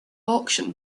auction